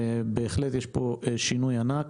בהחלט יש פה שינוי ענק.